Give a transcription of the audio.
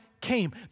came